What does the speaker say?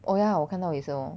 oh ya 我看到 Vincent